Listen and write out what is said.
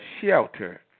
shelter